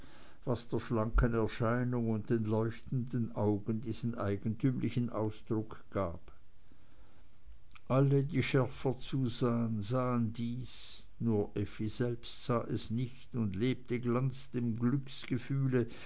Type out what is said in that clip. was der schlanken erscheinung und den leuchtenden augen diesen eigentümlichen ausdruck gab alle die schärfer zusahen sahen dies nur effi selbst sah es nicht und lebte ganz dem glücksgefühle